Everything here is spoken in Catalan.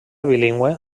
bilingüe